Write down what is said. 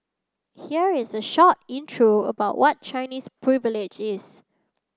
here is a short intro about what Chinese Privilege is